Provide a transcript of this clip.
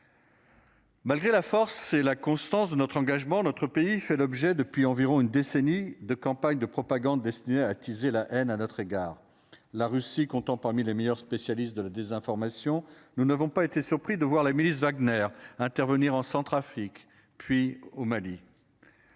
Malgré la force c'est la constance de notre engagement, notre pays fait l'objet depuis environ une décennie de campagne. Propagande destinée à attiser la haine à notre égard. La Russie comptant parmi les meilleurs spécialistes de la désinformation. Nous n'avons pas été surpris de voir la milice Wagner intervenir en Centrafrique, puis au Mali.